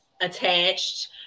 attached